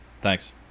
thanks